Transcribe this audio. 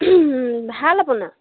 ভাল আপোনাৰ